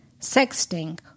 Sexting